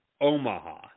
Omaha